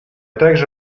также